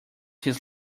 his